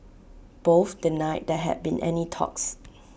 both denied there had been any talks